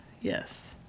Yes